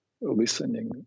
listening